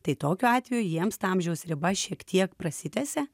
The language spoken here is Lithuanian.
tai tokiu atveju jiems ta amžiaus riba šiek tiek prasitęsia